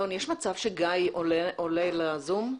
יש מצב שגיא סמט עולה לזום?